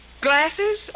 Glasses